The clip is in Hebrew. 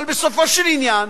אבל בסופו של עניין